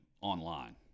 online